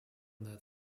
that